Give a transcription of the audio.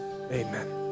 Amen